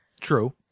True